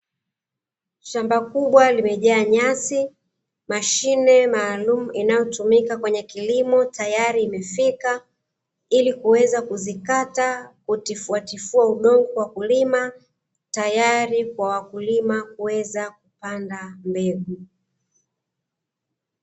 Shamba kubwa limajaa nyasi, mashine maalumu inayotumika kwenye kilimo tayari imefika ili kuweza kuzikata, kutifuatifua udongo kwa kulima. Tayari kwa wakulima kuweza kupanda mbegu.